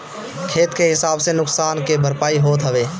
खेत के हिसाब से नुकसान के भरपाई होत हवे